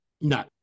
No